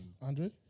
Andre